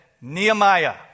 Nehemiah